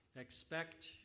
expect